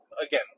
again